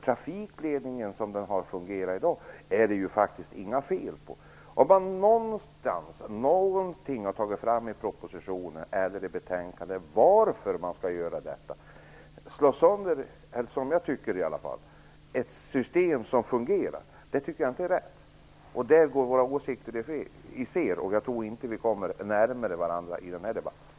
Trafikledningen, som den fungerar i dag, är det ju faktiskt inga fel på. Har man någonstans tagit fram någonting i propositionen eller betänkandet om varför man skall göra detta? Som jag ser det slår man sönder ett system som fungerar. Det tycker jag inte är rätt. Där går våra åsikter isär, och jag tror inte att vi kommer närmare varandra i den här debatten.